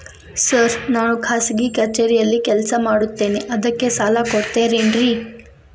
Sir ನಾನು ಖಾಸಗಿ ಕಚೇರಿಯಲ್ಲಿ ಕೆಲಸ ಮಾಡುತ್ತೇನೆ ಅದಕ್ಕೆ ಸಾಲ ಕೊಡ್ತೇರೇನ್ರಿ?